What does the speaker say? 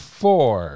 four